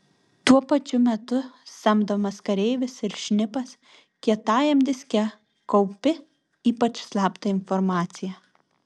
tuo pačiu metu samdomas kareivis ir šnipas kietajam diske kaupi ypač slaptą informaciją